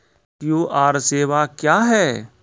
QR सेवा क्या हैं?